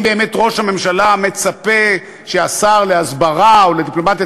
אם באמת ראש הממשלה מצפה שהשר להסברה או לדיפלומטיה